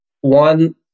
one